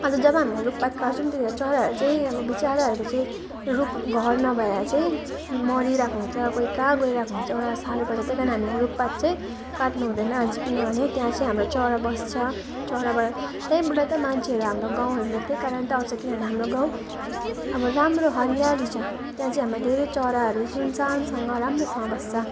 अन्त जब हामीलाई रुखपात काट्छौँ त्यति बेला चराहरू चाहिँ अब बिचराहरूको चाहिँ रुख घर नभएर चाहिँ मरिरहेको हुन्छ कोही कहाँ गइरहेको हुन्छ उनीहरूलाई साह्रो पर्छ त्यहीकारण हामीलाई रुखपात चाहिँ काट्नु हुँदैन आज किनभने त्यहाँ चाहिँ हाम्रो चरा बस्छ चराबाट त्यहीबाट त मान्छेहरू हाम्रो गाउँहरूमा त्यही कारण त आउँछ किनभने हाम्रो गाउँ अब राम्रो हरियाली छ त्यहाँ चाहिँ हाम्रो धेरै चराहरू सुनसानसँग राम्रोसँग बस्छ